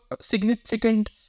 significant